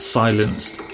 silenced